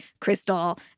Crystal